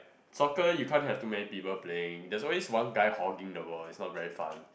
soccer you can't have too many people playing there is always one guy hogging the ball it's not very fun